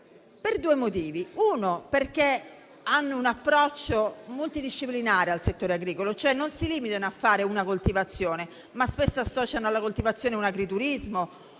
per due motivi: in primo luogo perché hanno un approccio multidisciplinare al settore agricolo, cioè non si limitano a coltivare, ma spesso associano alla coltivazione un agriturismo